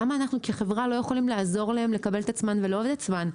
למה אנחנו כחברה לא יכולים לעזור להן לקבל את עצמן ולאהוב את עצמן?